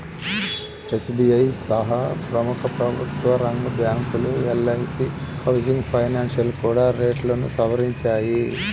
SBI సహా ప్రముఖ ప్రభుత్వరంగ బ్యాంకులు, ఎల్.ఐ.సీ హౌసింగ్ ఫైనాన్స్ కూడా రేట్లను సవరించాయి